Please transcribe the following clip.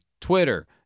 twitter